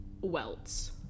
welts